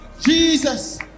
Jesus